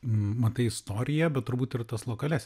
matai istoriją bet turbūt ir tas lokalias